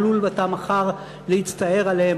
עלול אתה מחר להצטער עליהם,